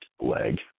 leg